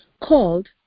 called